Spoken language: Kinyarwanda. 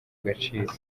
agaciro